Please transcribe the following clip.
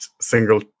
single